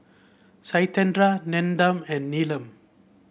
Satyendra Nandan and Neelam